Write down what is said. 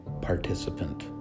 participant